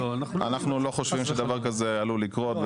אנחנו לא חושבים שדבר כזה עלול לקרות.